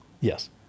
Yes